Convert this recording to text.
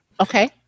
Okay